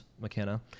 McKenna